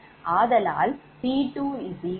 ஆதலால் 𝑃2𝑃𝑔201